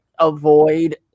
Avoid